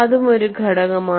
അതും ഒരു ഘടകമാണ്